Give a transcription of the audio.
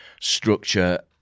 structure